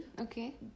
Okay